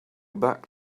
back